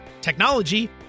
technology